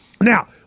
Now